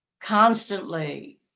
Constantly